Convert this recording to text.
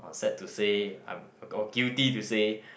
orh sad to say I'm or guilty to say